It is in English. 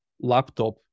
laptop